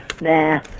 Nah